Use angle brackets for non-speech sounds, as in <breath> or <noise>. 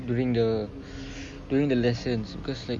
during the <breath> during the lessons because like